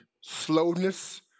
slowness